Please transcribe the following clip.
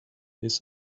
his